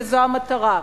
וזו המטרה.